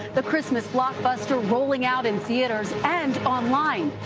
the christmas blockbuster rolling out in theaters and online.